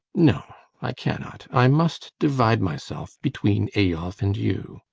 no, i cannot. i must divide myself between eyolf and you.